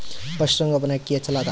ಪಶುಸಂಗೋಪನೆ ಅಕ್ಕಿ ಹೆಚ್ಚೆಲದಾ?